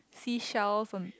sea shells on